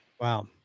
Wow